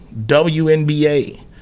WNBA